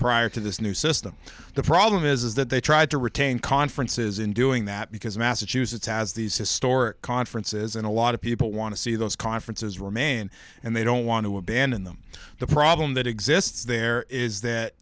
prior to this new system the problem is that they tried to retain conferences in doing that because massachusetts has these historic conferences and a lot of people want to see those conferences remain and they don't want to abandon them the problem that exists there is that